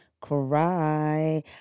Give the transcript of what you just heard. Cry